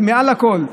ומעל הכול,